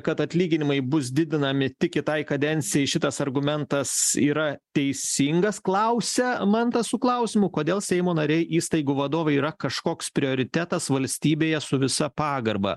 kad atlyginimai bus didinami tik kitai kadencijai šitas argumentas yra teisingas klausia mantas su klausimu kodėl seimo nariai įstaigų vadovai yra kažkoks prioritetas valstybėje su visa pagarba